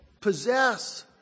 possess